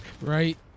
Right